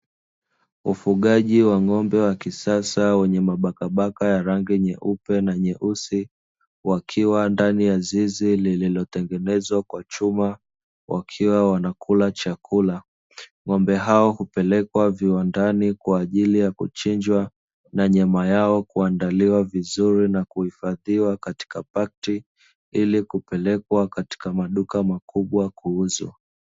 Ufugaji wa ng'ombe wa kisasa wenye mabakabaka ya rangi nyeupe na nyeusi, wakiwa ndani ya zizi lililotengenezwa kwa chuma, wakiwa wanakula chakula. Ng'ombe hao hupelekwa viwandani kwa ajili ya kuchinjwa na nyama yao kuandaliwa vizuri na kuhifadhiwa katika pakti, ili kupelekwa katika maduka makubwa kuuzwa.